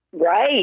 Right